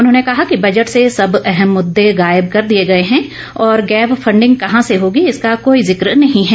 उन्होंने कहा कि बजट से सब अहम मुद्दे गायब कर दिए हैं और गैप फंडिंग कहां से होगी इसका कोई जिक्र नहीं हैं